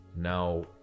now